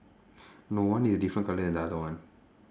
no one is different colour than the other one